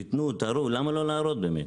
תתנו, תראו, למה לא להראות באמת?